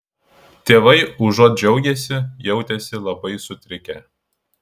tėvai užuot džiaugęsi jautėsi labai sutrikę